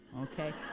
okay